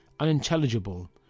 Unintelligible